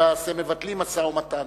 למעשה מבטלים משא-ומתן,